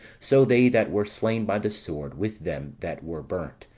so they that were slain by the sword, with them that were burnt,